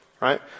right